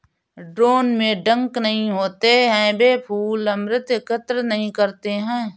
drone में डंक नहीं होते हैं, वे फूल अमृत एकत्र नहीं करते हैं